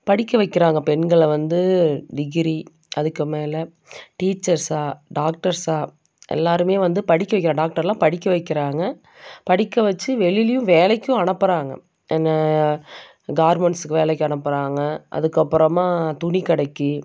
படிக்க வைக்கிறாங்க பெண்களை வந்து டிகிரி அதுக்கு மேலே டீச்சர்ஸ்ஸாக டாக்ட்டர்ஸாக எல்லாேருமே வந்து படிக்க வைக்கிறாங்க டாக்டரெலாம் படிக்க வைக்கிறாங்க படிக்க வைச்சு வெளிலேயும் வேலைக்கும் அனுப்புகிறாங்க எங்கள் கார்மென்ட்ஸ்ஸுக்கு வேலைக்கு அனுப்புகிறாங்க அதுக்கு அப்புறமா துணி கடைக்கு